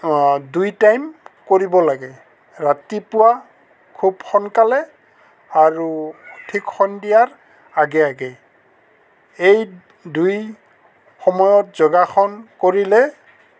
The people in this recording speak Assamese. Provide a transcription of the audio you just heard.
দুই টাইম কৰিব লাগে ৰাতিপুৱা খুব সোনকালে আৰু ঠিক সন্ধিয়াৰ আগে আগে এই দুই সময়ত যোগাসন কৰিলে